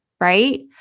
right